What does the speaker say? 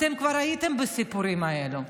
אתם כבר הייתם בסיפורים האלו,